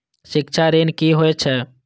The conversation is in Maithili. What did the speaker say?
शिक्षा ऋण की होय छै?